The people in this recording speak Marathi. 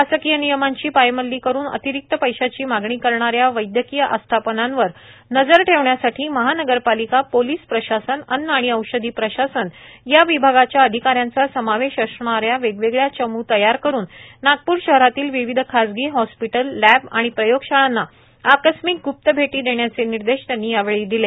शासकीय नियमाची पायमल्ली करून अतिरिक्ति पैशाची मागणी करणाऱ्या वैद्यकीय आस्थापनांवर नजर ठेवण्यासाठी महानगरपालिका पोलीस प्रशासन अन्न आणि औषधी प्रशासन या विभागाच्या अधिकाऱ्यांचा समावेश असणाऱ्या वेगवेगळ्या चम् तयार करून नागपूर शहरातील विविध खासगी हॉस्पिटल लब्ब व प्रयोगशाळांना आकस्मिक ग्प्त भेटी देण्याचे निर्देश त्यांनी यावेळी दिले